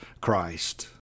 Christ